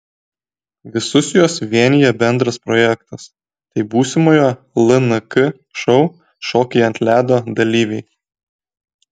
visus juos vienija bendras projektas tai būsimojo lnk šou šokiai ant ledo dalyviai